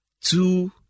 two